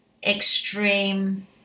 extreme